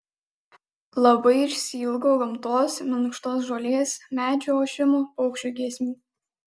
labai išsiilgau gamtos minkštos žolės medžių ošimo paukščių giesmių